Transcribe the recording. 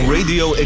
Radio